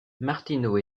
martino